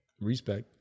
Respect